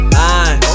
line